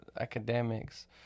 academics